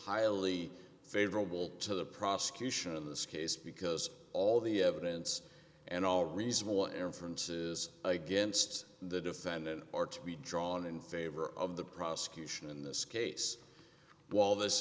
highly favorable to the prosecution in this case because all the evidence and all reasonable inferences against the defendant are to be drawn in favor of the prosecution in this case while this